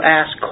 ask